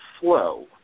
flow